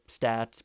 stats